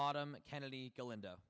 autumn kennedy go into